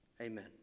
Amen